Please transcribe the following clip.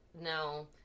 no